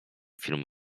filmu